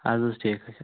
اَدٕ حظ ٹھیٖک حظ چھُ